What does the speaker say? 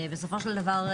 בסופו של דבר,